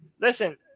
listen